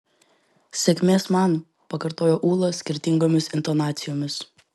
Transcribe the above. sėkmės man pakartojo ūla skirtingomis intonacijomis